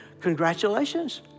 congratulations